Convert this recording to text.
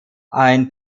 ein